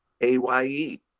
A-Y-E